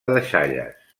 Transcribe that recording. deixalles